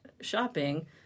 shopping